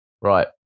Right